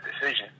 decision